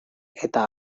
eta